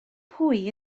pwy